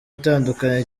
atandukanye